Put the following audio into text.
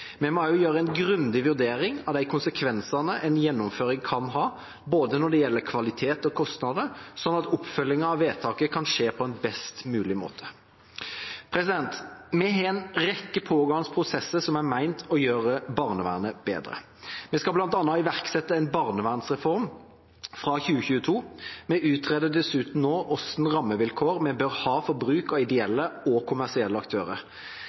Vi må også gjøre en grundig vurdering av de konsekvensene en gjennomføring kan ha, både når det gjelder kvalitet og kostnader, slik at oppfølgingen av vedtaket kan skje på en best mulig måte. Vi har en rekke pågående prosesser som er ment å gjøre barnevernet bedre. Vi skal bl.a. iverksette en barnevernsreform fra 2022. Vi utreder dessuten nå hvilke rammevilkår vi bør ha for bruk av både ideelle og kommersielle aktører.